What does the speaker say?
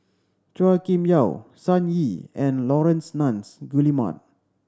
Chua Kim Yeow Sun Yee and Laurence Nunns Guillemard